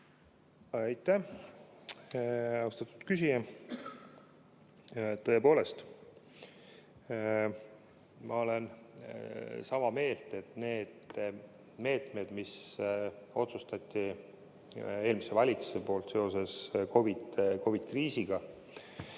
Aitäh! Austatud küsija! Tõepoolest, ma olen sama meelt, et need meetmed, mis otsustati eelmise valitsuse poolt seoses COVID-i kriisiga,